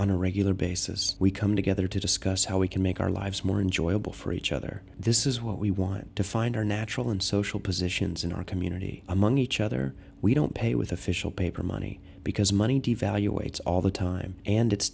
on a regular basis we come together to discuss how we can make our lives more enjoyable for each other this is what we want to find our natural and social positions in our community among each other we don't pay with official paper money because money devaluates all the time and it's